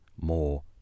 more